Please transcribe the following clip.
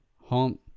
Home